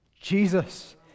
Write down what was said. Jesus